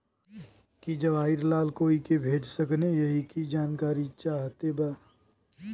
की जवाहिर लाल कोई के भेज सकने यही की जानकारी चाहते बा?